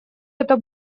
это